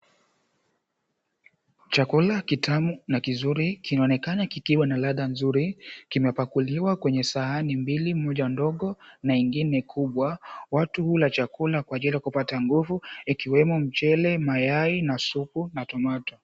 Chakula kitamu na kizuri kinaonekana kikiwa na ladha nzuri, kimepakuliwa kwenye sahani mbili moja ndogo na ingine kubwa. Watu hula chakula kwaajili ya kupata nguzu ikiwemo mchele, mayai na supu na tomato .